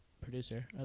producer